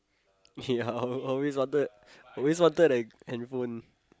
yeah always wanted always wanted that handphone